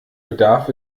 bedarf